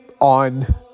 on